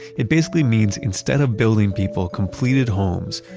it basically means instead of building people completed homes,